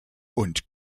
und